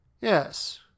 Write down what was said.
Yes